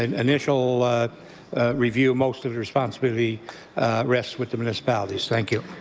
and initial review most of the responsibility rests with the municipalities. thank you.